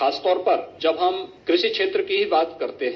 खासतौर पर जब हम कृषि क्षेत्र की बात करते है